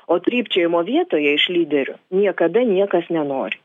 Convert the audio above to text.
o trypčiojimo vietoje iš lyderių niekada niekas nenori